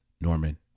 Norman